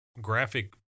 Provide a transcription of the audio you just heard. graphic